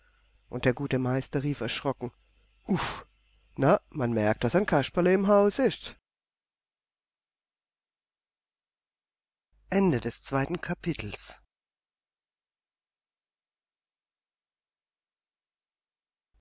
und der gute meister rief erschrocken uff na man merkt daß ein kasperle im hause ist